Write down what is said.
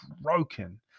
broken